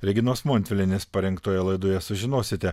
reginos montvilienės parengtoje laidoje sužinosite